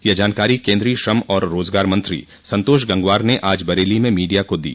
ये जानकारी केन्द्रोय श्रम और रोज़गार मंत्री संतोष गंगवार ने आज बरेली में मीडिया को दी